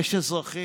יש אזרחים,